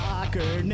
Soccer